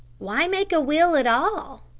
why make a will at all?